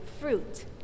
fruit